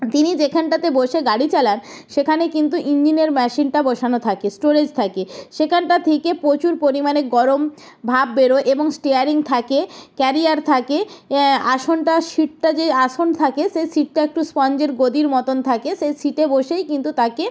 তিনি যেখানটাতে বসে গাড়ি চালান সেখানে কিন্তু ইঞ্জিনের মেশিনটা বসানো থাকে স্টোরেজ থাকে সেখানটা থেকে প্রচুর পরিমাণে গরম ভাপ বেরোয় এবং স্টিয়ারিং থাকে ক্যারিয়ার থাকে আসনটা সিটটা যেই আসন থাকে সে সিটটা একটু স্পঞ্জের গদির মতোন থাকে সে সিটে বসেই কিন্তু তাকে